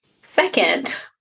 second